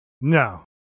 No